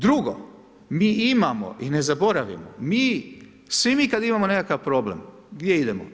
Drugo, mi imamo i ne zaboravimo, mi, svi mi kada imamo nekakav problem, gdje idemo?